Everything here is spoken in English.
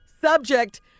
Subject